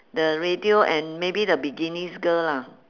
the radio and maybe the bikinis girl lah